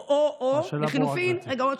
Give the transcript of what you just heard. או, השאלה ברורה, גברתי.